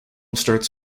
starts